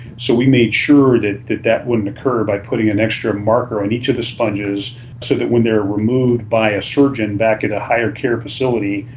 so we made sure that that that wouldn't occur by putting an extra marker on each of the sponges so that when they are removed by a surgeon back at a higher care facility,